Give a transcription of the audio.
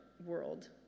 world